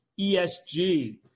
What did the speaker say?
ESG